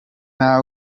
nta